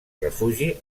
refugi